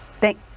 Thank